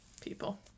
People